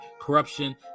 corruption